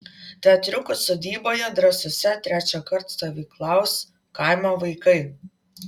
teatriuko sodyboje drąsiuose trečiąkart stovyklaus kaimo vaikai